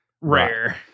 rare